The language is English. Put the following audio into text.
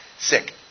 Sick